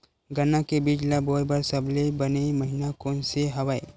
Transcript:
गन्ना के बीज ल बोय बर सबले बने महिना कोन से हवय?